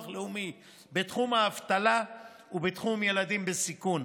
לאומי בתחום האבטלה ובתחום ילדים בסיכון,